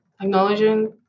acknowledging